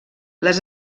les